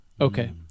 Okay